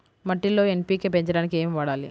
మట్టిలో ఎన్.పీ.కే పెంచడానికి ఏమి వాడాలి?